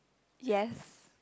yes